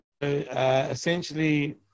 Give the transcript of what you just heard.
essentially